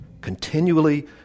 continually